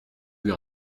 vue